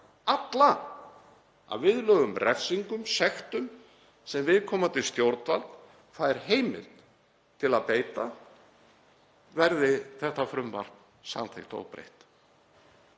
alla — að viðlögðum refsingum, sektum sem viðkomandi stjórnvald fær heimild til að beita verði þetta frumvarp samþykkt óbreytt.